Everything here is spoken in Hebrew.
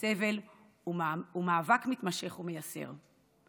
סבל ומאבק מתמשך ומייסר.